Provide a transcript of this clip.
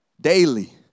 daily